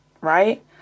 Right